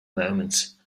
moments